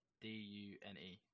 D-U-N-E